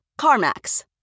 CarMax